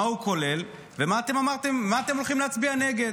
מה הוא כולל ועל מה אתם הולכים להצביע נגד.